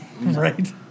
Right